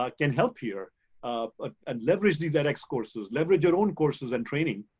ah can help here um ah and leverage these edx courses, leverage your own courses and training.